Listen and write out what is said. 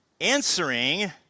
answering